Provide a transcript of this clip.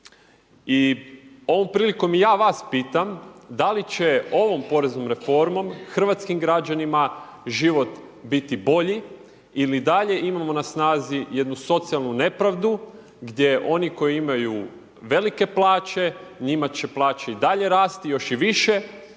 I ovom prilikom i ja vas pitam da li će ovom poreznom reformom hrvatskim građanima život biti bolji ili i dalje imamo na snazi jednu socijalnu nepravdu gdje oni koji imaju velike plaće njima će plaće i dalje rasti, još i više